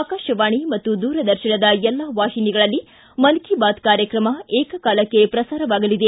ಆಕಾಶವಾಣಿ ಮತ್ತು ದೂರದರ್ಶನದ ಎಲ್ಲಾ ವಾಹಿನಿಗಳಲ್ಲಿ ಮನ್ ಕಿ ಬಾತ್ ಕಾರ್ಯಕ್ರಮ ಏಕಕಾಲಕ್ಕೆ ಪ್ರಸಾರವಾಗಲಿದೆ